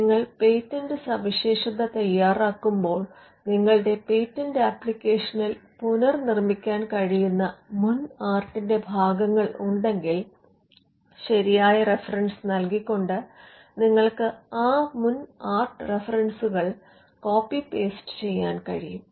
നിങ്ങൾ പേറ്റന്റ് സവിശേഷത തയ്യാറാക്കുമ്പോൾ നിങ്ങളുടെ പേറ്റന്റ് ആപ്ലിക്കേഷനിൽ പുനർനിർമ്മിക്കാൻ കഴിയുന്ന മുൻ ആർട്ടിന്റെ ഭാഗങ്ങൾ ഉണ്ടെങ്കിൽ ശരിയായ റഫറൻസ് നൽകിക്കൊണ്ട് നിങ്ങൾക്ക് ആ മുൻ ആർട്ട് റഫറൻസുകൾ കോപ്പി പേസ്റ്റ് ചെയ്യാൻ കഴിയും